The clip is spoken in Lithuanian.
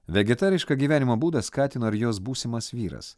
vegetarišką gyvenimo būdą skatino ir jos būsimas vyras